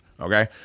Okay